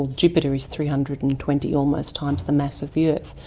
jupiter is three hundred and twenty almost times the mass of the earth.